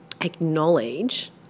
acknowledge